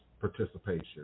participation